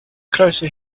closer